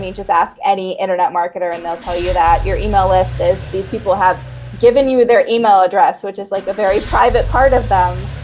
just ask any internet marketer and they'll tell you that your email list is these people have given you their email address, which is like a very private part of them.